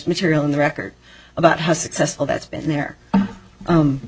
material on the record about how successful that's been there